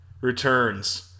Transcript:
returns